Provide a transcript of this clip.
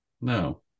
No